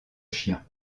chiens